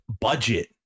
budget